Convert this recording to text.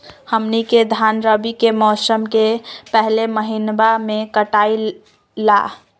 हमनी के धान रवि के मौसम के पहले महिनवा में कटाई ला